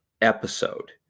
episode